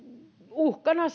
uhkana